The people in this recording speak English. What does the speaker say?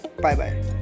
Bye-bye